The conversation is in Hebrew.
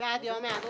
מה ביקשתם להוסיף?